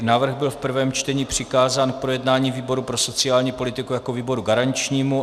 Návrh byl v prvém čtení přikázán k projednání výboru pro sociální politiku jako výboru garančnímu.